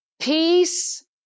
peace